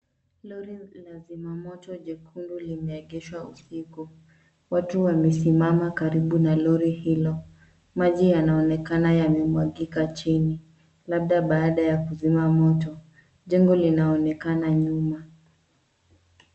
Lori la zima moto jekundu limeegeshwa usiku. Watu wamesimama karibu na lori hilo. Maji yanaonekana yamemwagika chini, labda baada yakuzima moto. Jengo linaonekana nyuma.